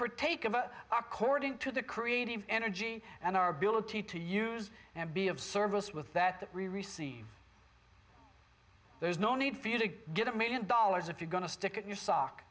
pertain according to the creative energy and our ability to use and be of service with that that we receive there's no need for you to get a million dollars if you're going to stick your sock